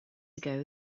ago